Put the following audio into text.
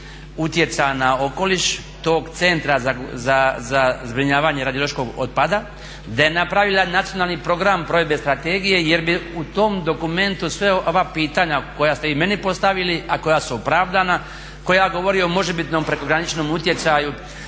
utjecaja na okoliš tog Centra za zbrinjavanje radiološkog otpada, da je napravila nacionalni program provedbe strategije, jer bi u tom dokumentu sva ova pitanja koja ste vi meni postavili, a koja su opravdana, koja govori o možebitnom prekograničnom utjecaju